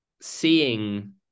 seeing